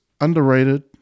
underrated